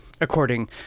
According